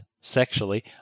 sexually